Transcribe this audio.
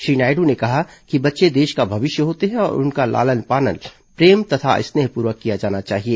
श्री नायड् ने कहा कि बच्चे देश का भविष्य होते हैं और उनका लालन पालन प्रेम तथा स्नेहपूर्वक किया जाना चाहिए